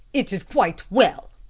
it is quite well,